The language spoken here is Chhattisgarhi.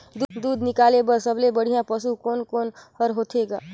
दूध निकाले बर सबले बढ़िया पशु कोन कोन हर होथे ग?